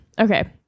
Okay